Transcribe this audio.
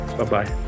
Bye-bye